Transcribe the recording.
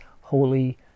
Holy